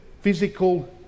physical